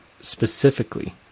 specifically